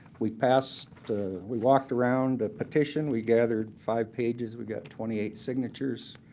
we pass the we walked around a petition. we gathered five pages. we got twenty eight signatures.